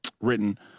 written